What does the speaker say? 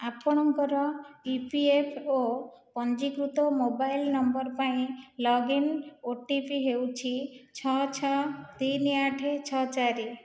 ଆପଣଙ୍କର E P F O ପଞ୍ଜୀକୃତ mobile number ପାଇଁ ଲଗ୍ଇନ୍ ଓ ଟି ପି ହେଉଛି ଛଅ ଛଅ ତିନି ଆଠ ଛଅ ଚାରି